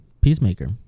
peacemaker